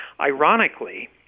Ironically